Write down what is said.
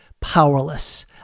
powerless